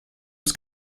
was